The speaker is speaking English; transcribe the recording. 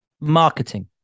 marketing